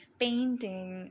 painting